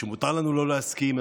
מותר לנו לא להסכים,